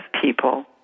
people